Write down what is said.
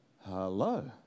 Hello